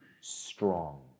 strong